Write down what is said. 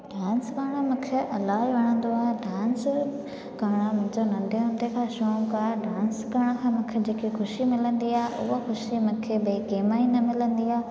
dance करणु मूंखे इलाही वणंदो आहे डांस करणु मुंहिंजे नंढे हूंदे खां शौक़ु आहे डांस करण खां मूंखे जेकी ख़ुशी मिलंदी आहे उहा ख़ुशी मूंखे ॿिए कंहिं में न मिलंदी आहे